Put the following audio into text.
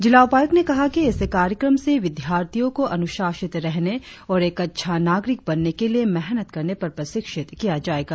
जिला उपायुक्त ने कहा कि इस कार्यक्रम से विद्यार्थियों को अनुशासित रहने और एक अच्छा नागरिक बनने के लिए मेहनत करने पर प्रशिक्षित किया जाएगा